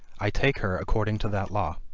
i take her according to that law.